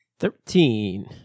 Thirteen